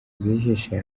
zihishe